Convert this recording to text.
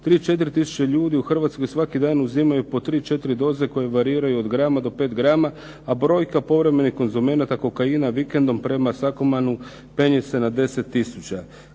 34 tisuće ljudi u Hrvatskoj svaki dan uzimaju po tri, četiri doze koje variraju od grama do pet grama, a brojka povremenih konzumenata kokaina vikendom, prema Sakomanu, penje se na 10 tisuća.